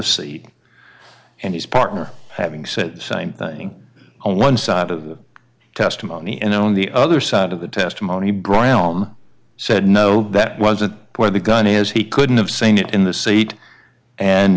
seat and his partner having said the same thing on one side of the testimony and on the other side of the testimony broil him said no that wasn't where the gun is he couldn't have seen it in the seat and